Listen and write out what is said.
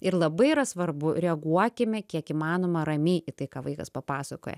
ir labai yra svarbu reaguokime kiek įmanoma ramiai į tai ką vaikas papasakoja